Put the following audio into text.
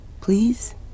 please